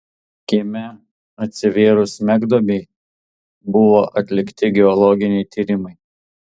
kieme atsivėrus smegduobei buvo atlikti geologiniai tyrimai